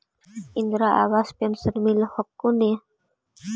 Indira Awas pension मिल हको ने?